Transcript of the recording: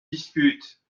dispute